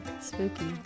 Spooky